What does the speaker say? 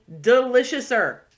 deliciouser